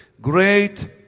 Great